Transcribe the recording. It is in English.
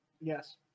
Yes